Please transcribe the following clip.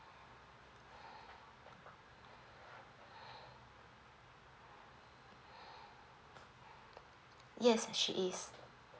yes and she is